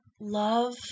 love